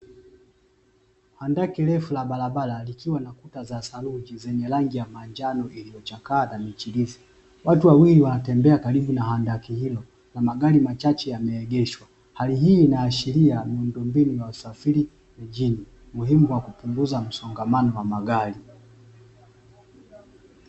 Handaki refu la barabara likiwa na kuta za saruji zenye rangi ya manjano iliyochakaa na michirizi, watu wawili wanatembea karibu na handaki hilo na magari machache yameegeshwa, hali hii inaashiria miundombinu ya usafiri mjini muhimu kwa kupunguza msongamano wa magari.